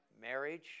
Marriage